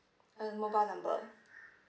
and mobile number